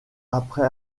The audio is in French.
après